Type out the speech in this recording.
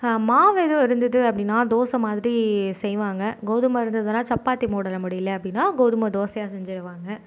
மாவு எதுவும் இருந்தது அப்படின்னா தோசை மாதிரி செய்வாங்க கோதுமை இருந்ததுன்னா சப்பாத்தி போட முடியல அப்படின்னா கோதுமை தோசையாக செஞ்சிடுவாங்க